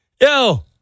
Yo